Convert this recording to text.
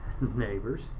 neighbors